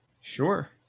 Sure